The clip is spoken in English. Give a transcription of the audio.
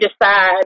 decide